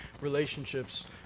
relationships